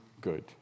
good